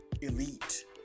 elite